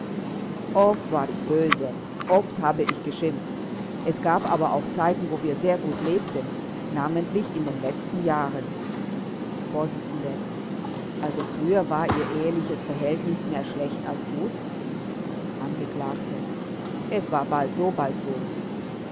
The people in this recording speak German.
oft war ich böse oft habe ich geschimpft es gab aber auch zeiten wo wir sehr gut lebten namentlich in den letzten jahren vors also früher war ihr eheliches verhältnis mehr schlecht als gut angekl es war bald so bald so